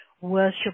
worship